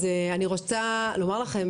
אז אני רוצה להגיד לכם,